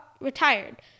retired